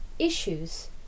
Issues